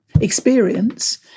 experience